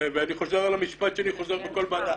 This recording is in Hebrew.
ואני חוזר על המשפט שאני חוזר בכל וועדה,